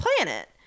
planet